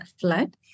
flood